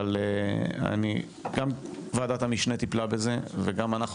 גם ועדת המשנה טיפלה בזה וגם אנחנו.